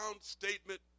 statement